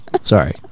Sorry